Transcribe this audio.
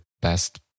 best